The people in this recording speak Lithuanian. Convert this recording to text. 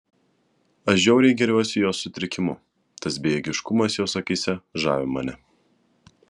aš žiauriai gėriuosi jos sutrikimu tas bejėgiškumas jos akyse žavi mane